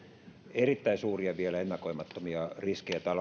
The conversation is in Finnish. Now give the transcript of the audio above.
erittäin suuria vielä ennakoimattomia riskejä